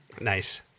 Nice